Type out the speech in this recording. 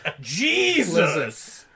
jesus